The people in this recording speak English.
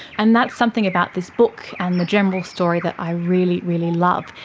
and that's something about this book and the general story that i really, really love,